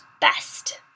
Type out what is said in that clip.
best